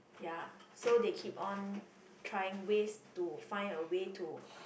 ya so they keep on trying ways to find a way to